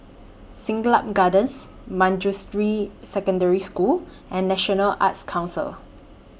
Siglap Gardens Manjusri Secondary School and National Arts Council